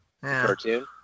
cartoon